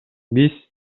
биз